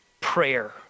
prayer